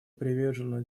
привержена